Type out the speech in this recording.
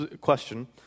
question